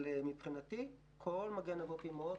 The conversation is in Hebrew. אבל, מבחינתי, כל "מגן אבות ואימהות",